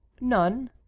None